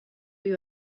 you